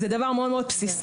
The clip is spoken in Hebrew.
זה דבר מאוד בסיסי.